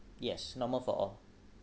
yes normal for all